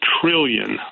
trillion